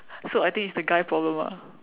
so I think it's the guy problem ah